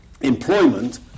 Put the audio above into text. employment